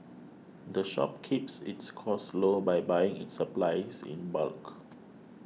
the shop keeps its costs low by buying its supplies in bulk